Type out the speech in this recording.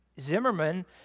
Zimmerman